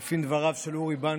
יפים דבריו של אורי בנקי,